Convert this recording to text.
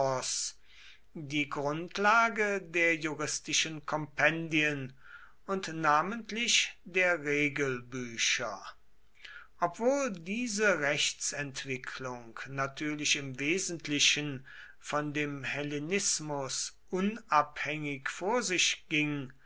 die grundlage der juristischen kompendien und namentlich der regelbücher obwohl diese rechtsentwicklung natürlich im wesentlichen von dem hellenismus unabhängig vor sich ging